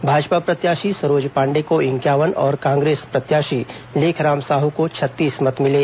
भाजपा प्रत्याशी सरोज पांडेय को इंक्यावन और कांग्रेस प्रत्याशी लेखराम साह को छत्तीस मत मिले